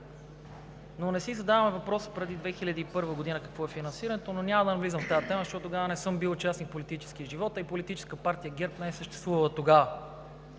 но не си задавам въпроса преди 2001 г. какво е финансирането. Няма да навлизам в тази тема, защото тогава не съм бил участник в политическия живот, а и Политическа партия ГЕРБ не е съществувала.